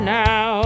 now